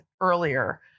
earlier